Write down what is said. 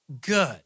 good